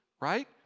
right